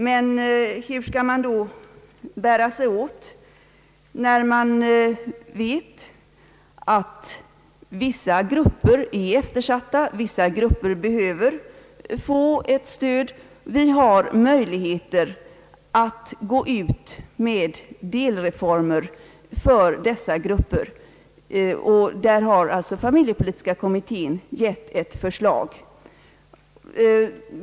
Men hur skall man då bära sig åt, när man vet att vissa grupper är eftersatta och behöver stöd, att vi har möjligheter att genomföra delreformer för dessa grupper och att familjepolitiska kommittén lagt fram ett förslag därvidlag?